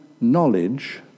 knowledge